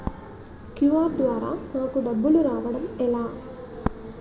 QR ద్వారా నాకు డబ్బులు రావడం ఎలా?